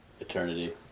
Eternity